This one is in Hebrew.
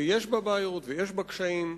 ויש בה בעיות ויש בה קשיים,